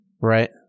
right